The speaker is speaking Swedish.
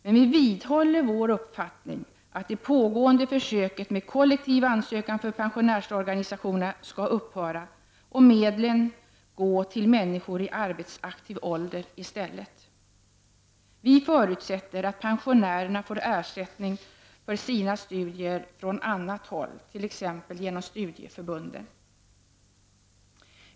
Men vi vidhåller vår uppfattning att det pågående försöket med kollektiv ansökan för pensionärsorganisationerna skall upphöra och att medlen istället skall gå till människor i arbetsaktiv ålder. Vi förutsätter att pensionärerna får ersättning för sina studier från annat håll, t.ex. genom studieförbunden.